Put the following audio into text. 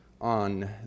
on